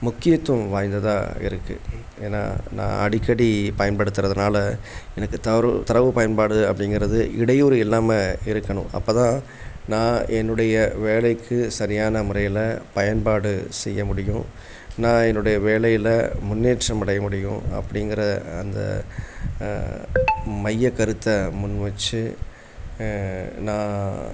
முக்கியத்துவம் வாய்ந்ததாக இருக்குது ஏனால் நான் அடிக்கடி பயன்படுத்துறதினால எனக்கு தரோ தரவுப் பயன்பாடு அப்படிங்கிறது இடையூறு இல்லாமல் இருக்கணும் அப்போ தான் நான் என்னுடைய வேலைக்கு சரியான முறையில் பயன்பாடு செய்ய முடியும் நான் என்னுடைய வேலையில் முன்னேற்றம் அடைய முடியும் அப்படிங்கிற அந்த மையக் கருத்தை முன் வெச்சு நான்